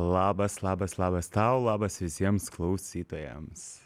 labas labas labas tau labas visiems klausytojams